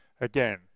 again